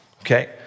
Okay